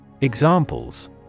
Examples